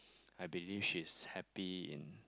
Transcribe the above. I believe she's happy in